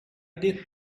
did